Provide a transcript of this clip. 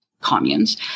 communes